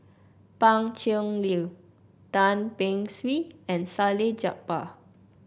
Pan Cheng Lui Tan Beng Swee and Salleh Japar